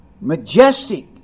majestic